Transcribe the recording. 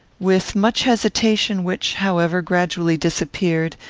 with much hesitation, which, however, gradually disappeared,